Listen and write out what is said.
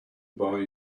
buy